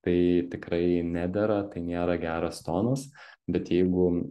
tai tikrai nedera tai nėra geras tonas bet jeigu